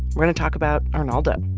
we're going to talk about arnaldo,